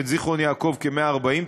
בזיכרון-יעקב כ-140 תיקים.